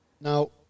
Now